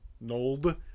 Nold